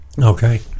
okay